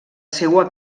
seua